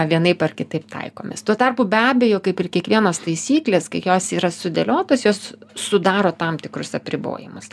vienaip ar kitaip taikomos tuo tarpu be abejo kaip ir kiekvienos taisyklės kai jos yra sudėliotos jos sudaro tam tikrus apribojimus